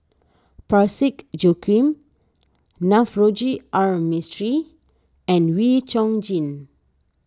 Parsick Joaquim Navroji R Mistri and Wee Chong Jin